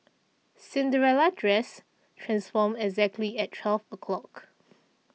Cinderella's dress transformed exactly at twelve o'clock